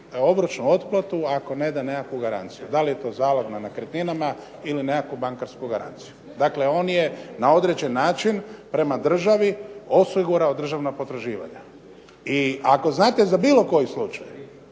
obročnu otplatu ako ne da nekakvu garanciju, da li je to zalog na nekretninama ili nekakvu bankarsku garanciju. Dakle, on je na određen način prema državi osigurao državna potraživanja. I ako znate za bilo koji slučaj